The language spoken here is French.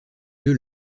lieu